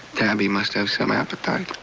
tabby must have some appetite.